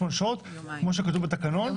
ויש להמתין 48 שעות כמו שכתוב בתקנון.